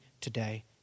today